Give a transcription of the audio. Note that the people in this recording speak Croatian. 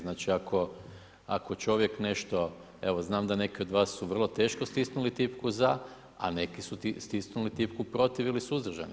Znači ako čovjek nešto, evo znam da neki od vas su vrlo teško stisnuli tipku ZA, a neki su stisnuli tipku Protiv ili Suzdržan.